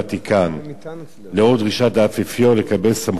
לאור דרישת האפיפיור לקבל סמכות, הכוונה זה טאבו,